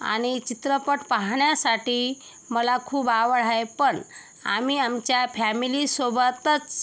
आणि चित्रपट पाहण्यासाठी मला खूप आवड आहे पण आम्ही आमच्या फ्यामिलीसोबतच